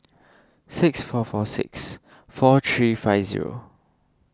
six four four six four three five zero